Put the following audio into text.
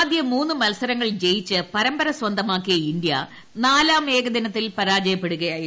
ആദ്യ മൂന്ന് മത്സരങ്ങൾ ജയിച്ച് പരമ്പര സ്വന്തമാക്കിയ ഇന്ത്യ നാലാം ഏകദിനത്തിൽ പരാജയപ്പെടുകയായിരുന്നു